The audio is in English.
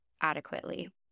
adequately